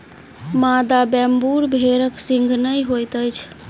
मादा वेम्बूर भेड़क सींघ नै होइत अछि